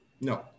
No